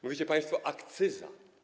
Mówicie państwo: akcyza.